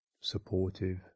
supportive